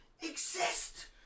exist